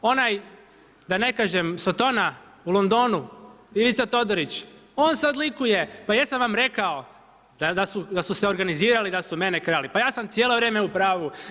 Onaj da ne kažem sotona u Londonu Ivica Todorić, on sada likuje, pa jesam vam rekao da su se organizirali da su mene krali, pa ja sam cijelo vrijeme upravu.